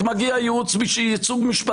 מגיע ייצוג משפטי,